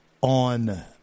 on